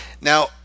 Now